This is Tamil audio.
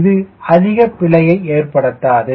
இது அதிக பிழையை ஏற்படுத்தாது